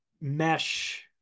mesh